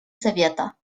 совета